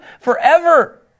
forever